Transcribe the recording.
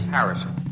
Harrison